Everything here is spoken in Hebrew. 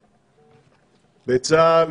בצה"ל,